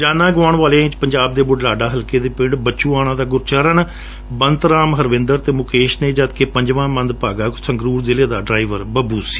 ਜਾਨਾ ਗੁਆਉਣ ਵਾਲਿਆਂ ਵਿਚ ਪੰਜਾਬ ਦੇ ਬੁਢਲਾਢਾ ਹਲਕੇ ਦੇ ਪਿੰਡ ਬਚੂਆਣਾ ਦਾ ਗੁਰਚਰਣ ਬੰਤਰਾਮ ਹਰਵੰਦਰ ਅਤੇ ਮੁਕੇਸ਼ ਨੇ ਜਦਕਿ ਪੰਜਵਾਂ ਮੰਦਭਾਗਾ ਸੰਗਰੂਰ ਜਿਲ੍ਹੇ ਦਾ ਡ੍ਰਾਈਵਰ ਬੱਬੂ ਸੀ